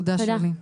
תודה שירלי.